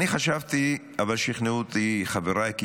אני חשבתי, לוועדת חוץ וביטחון.